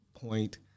point